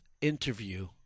interview